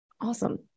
Awesome